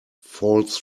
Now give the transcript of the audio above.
false